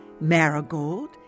Marigold